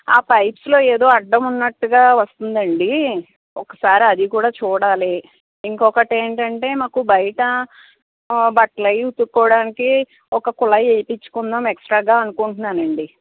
ఆ పైప్స్లో ఏదో అడ్డం ఉన్నట్టుగా వస్తుందండి ఒకసారి అది కూడా చూడాలి ఇంకొకటి ఏంటంటే మాకు బయట బట్టలు అవీ ఉతుక్కోడానికి ఒక కుళాయి వేయించుకుందాం ఎక్స్ట్రాగా అనుకుంటున్నానండి